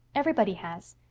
everybody has.